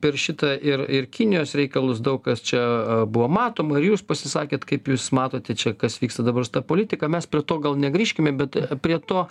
per šitą ir ir kinijos reikalus daug kas čia buvo matoma ir jūs pasisakėt kaip jūs matote čia kas vyksta dabar su ta politika mes prie to gal negrįžkime bet prie to